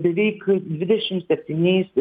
beveik dvidešimt septyniais